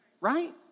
Right